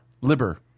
Liber